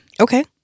Okay